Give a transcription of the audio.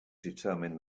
determine